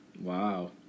Wow